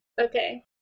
Okay